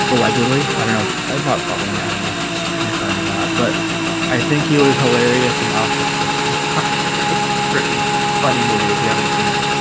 so allegedly i don't know if i've bought following i don't know if it's confirmed or not but i think he was hilarious and office christmas party has written funny movie if you haven't seen it